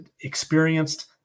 experienced